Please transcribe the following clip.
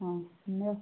ହଁ ନିଅ